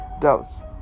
dose